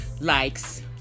likes